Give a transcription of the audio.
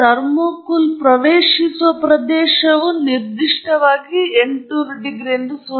thermocol ಪ್ರವೇಶಿಸುವ ಪ್ರದೇಶವು ಅದು ನಿರ್ದಿಷ್ಟವಾಗಿ ಸೂಚಿಸುತ್ತದೆ ಆ ಸ್ಥಳವು 800 ಡಿಗ್ರಿ ಸಿಗೆ ಸರಿ